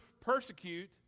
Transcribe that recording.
persecute